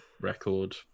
record